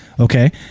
okay